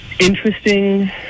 interesting